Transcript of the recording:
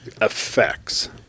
effects